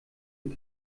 und